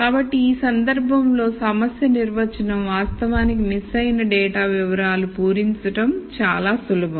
కాబట్టి ఈ సందర్భంలో సమస్య నిర్వచనం వాస్తవానికి మిస్ అయిన డేటా వివరాలు పూరించడం చాలా సులభం